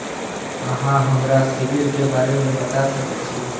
अहाँ हमरा सिबिल के बारे में बता सके छी?